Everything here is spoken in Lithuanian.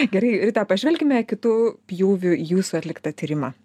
gerai rita pažvelkime kitu pjūviu į jūsų atliktą tyrimą